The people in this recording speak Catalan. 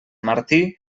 martí